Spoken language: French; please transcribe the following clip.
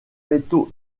métaux